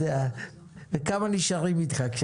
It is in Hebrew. כמה נשארים איתך?